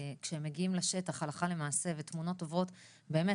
כשהם מגיעים לשטח הלכה למעשה ותמונות עוברות באמת